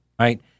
right